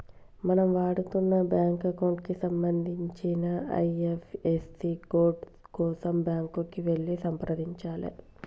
మనం వాడుతున్న bank account కి సంబంధించిన ఐ.ఎఫ్.ఎస్.సి కోడ్ కోసం బ్యాంకుకి వెళ్లి సంప్రదించాలే